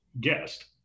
guest